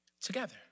together